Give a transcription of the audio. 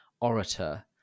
orator